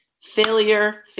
Failure